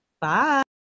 Bye